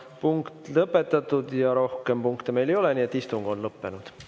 on lõpetatud. Rohkem punkte meil ei ole, nii et istung on lõppenud.